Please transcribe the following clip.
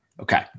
Okay